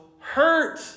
hurt